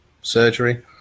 surgery